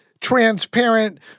transparent